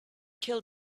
kill